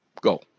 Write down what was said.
Go